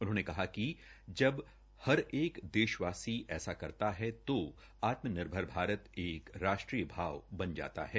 उन्होंने कहा कि जब हर एक देशवासी ऐसा करता है तो आत्मनिर्भर भारत एक राष्ट्रीय भाव बन जाता है